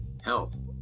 Health